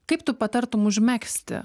kaip tu patartum užmegzti